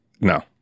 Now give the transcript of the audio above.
No